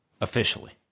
Officially